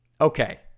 okay